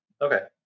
Okay